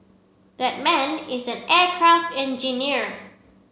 that man is an aircraft engineer